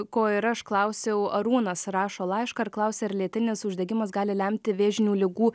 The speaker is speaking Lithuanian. ko ir aš klausiau arūnas rašo laišką ir klausia ar lėtinis uždegimas gali lemti vėžinių ligų